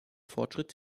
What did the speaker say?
fortschritte